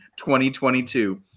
2022